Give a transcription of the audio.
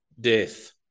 death